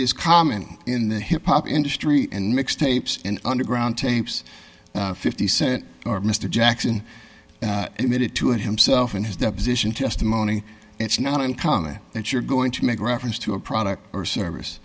is common in the hip hop industry and mix tapes and underground tapes fifty cent or mr jackson made it to himself in his deposition testimony it's not uncommon that you're going to make reference to a product or service